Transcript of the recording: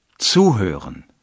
Zuhören